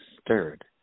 stirred